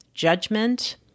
judgment